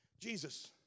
Jesus